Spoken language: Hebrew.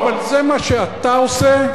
לא, אבל זה מה שאתה עושה,